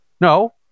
No